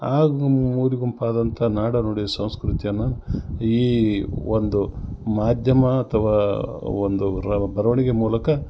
ಆ ಗುಂ ಮೂಲೆ ಗುಂಪಾದಂಥ ನಾಡ ನುಡಿ ಸಂಸ್ಕೃತಿಯನ್ನು ಈ ಒಂದು ಮಾಧ್ಯಮ ಅಥವಾ ಒಂದು ರ ಬರೆವಣಿಗೆ ಮೂಲಕ